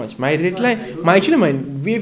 that's why I don't know